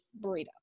burrito